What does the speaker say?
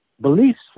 Beliefs